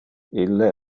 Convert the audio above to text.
ille